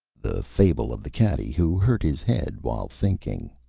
the fable of the caddy who hurt his head while thinking